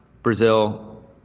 Brazil